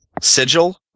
sigil